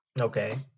Okay